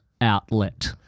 outlet